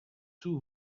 two